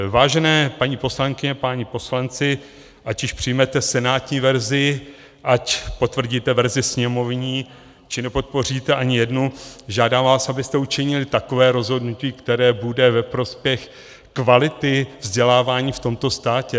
Vážené paní poslankyně, páni poslanci, ať již přijmete senátní verzi, ať potvrdíte verzi sněmovní, či nepodpoříte ani jednu, žádám vás, abyste učinili takové rozhodnutí, které bude ve prospěch kvality vzdělávání v tomto státě.